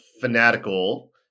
fanatical